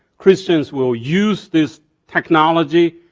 christians will use this technology